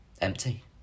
empty